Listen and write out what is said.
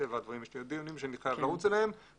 מטבע הדברים יש לי עוד דיונים שאני חייב לרוץ אליהם.